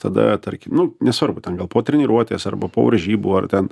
tada tarkim nu nesvarbu ten gal po treniruotės arba po varžybų ar ten